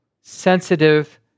sensitive